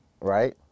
right